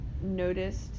noticed